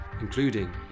including